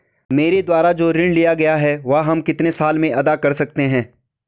मेरे द्वारा जो ऋण लिया गया है वह हम कितने साल में अदा कर सकते हैं?